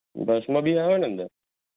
ભસ્મ ભી આવે ને અંદર